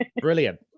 Brilliant